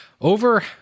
Over